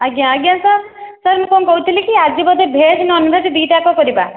ଆଜ୍ଞା ଆଜ୍ଞା sir sir ମୁଁ କ'ଣ କହୁଥିଲି କି ଆଜି ବୋଧେ ଭେଜ୍ ନନ୍ ଭେଜ୍ ଦୁଇଟାଙ୍କ କରିବା